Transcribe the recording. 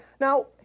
now